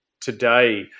today